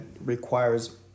requires